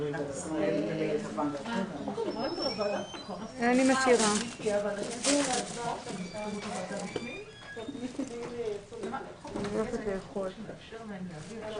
תוקפן של